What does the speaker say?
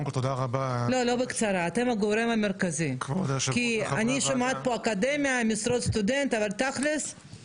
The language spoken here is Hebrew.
אני כשהייתי חודש שם הסתובבתי וירדתי ודיברתי